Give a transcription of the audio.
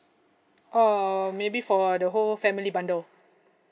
oh maybe for the whole family bundle